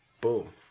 Boom